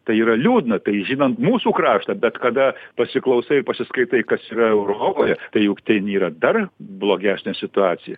tai yra liūdna žinant mūsų kraštą bet kada pasiklausai pasiskaitai kas yra europoje tai juk ten yra dar blogesnė situacija